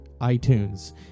iTunes